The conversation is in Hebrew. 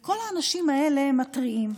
כל האנשים האלה מתריעים,